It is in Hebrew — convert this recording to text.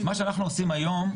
מה שאנחנו עושים היום,